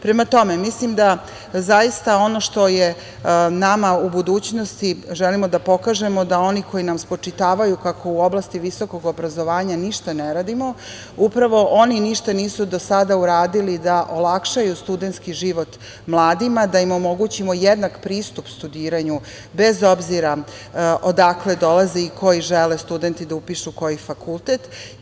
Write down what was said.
Prema tome, mislim da zaista ono što je nama u budućnosti jeste da želimo da pokažemo da oni koji nam spočitavaju kako u oblasti visokog obrazovanja ništa ne radimo, upravo oni ništa nisu do sada uradili da olakšaju studentski život mladima, da im omogućimo jednak pristup studiranju bez obzira odakle dolaze i koji žele studenti da upišu koji fakultet.